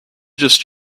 just